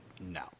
no